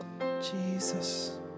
Jesus